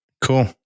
cool